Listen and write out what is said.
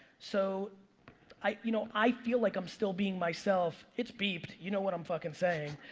so i you know i feel like i'm still being myself. it's beeped. you know what i'm fuckin' saying.